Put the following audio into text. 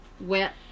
wet